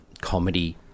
comedy